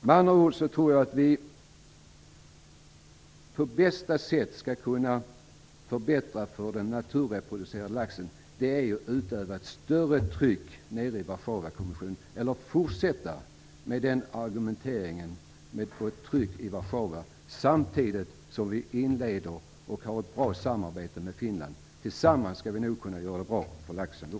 Med andra ord tror jag att det bästa sättet att förbättra för den naturreproducerande laxen är att fortsätta med den argumenteringen, men utöva ett större tryck i Warszawakommissionen samtidigt som vi inleder och har ett bra samarbete med Finland. Tillsammans skall vi nog kunna göra det bra för laxen.